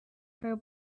her